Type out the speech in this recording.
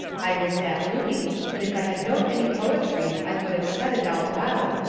i was that looney that if i had knowed any poetry i would of said it out loud,